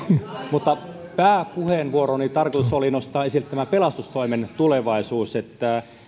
mutta pääpuheenvuoroni tarkoitus oli nostaa esille pelastustoimen tulevaisuus